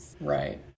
Right